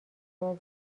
ابراز